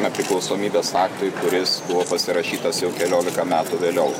nepriklausomybės aktui kuris buvo pasirašytas jau keliolika metų vėliau